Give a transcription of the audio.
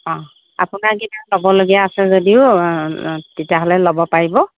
অ' আপোনাৰ কিবা ল'বলগীয়া আছে যদিও তেতিয়াহ'লে ল'ব পাৰিব